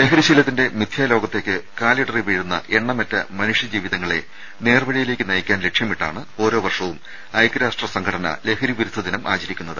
ലഹരി ശീലത്തിന്റെ മിഥ്യാലോകത്തേയ്ക്ക് കാലിടറി വീഴുന്ന എണ്ണമറ്റ മനുഷ്യ ജീവിതങ്ങളെ നേർവഴിയിലേക്ക് നയിക്കാൻ ലക്ഷ്യമിട്ടാണ് ഓരോ വർഷവും ഐക്യരാഷ്ട്ര സംഘടന ലഹരി വിരുദ്ധ ദിനം ആചരിക്കുന്നത്